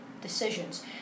decisions